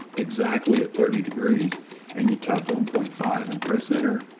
exactly at thirty degrees and you type one point five and press enter.